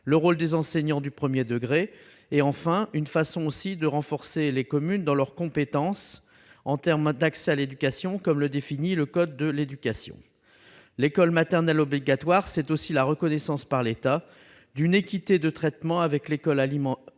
le rôle des enseignants du premier degré. C'est aussi une façon de renforcer les communes dans leur compétence en termes d'accès à l'éducation, comme le définit le code de l'éducation. En effet, l'école maternelle obligatoire, c'est aussi la reconnaissance par l'État d'une équité de traitement avec l'école élémentaire,